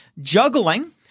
juggling